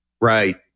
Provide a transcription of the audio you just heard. Right